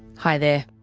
hi there,